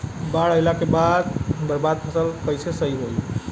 बाढ़ आइला के बाद बर्बाद फसल कैसे सही होयी?